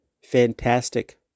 fantastic